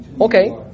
Okay